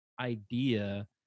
idea